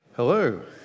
Hello